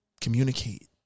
communicate